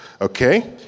okay